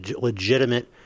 legitimate